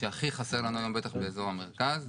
שהכי חסר לנו היום, בטח באזור המרכז.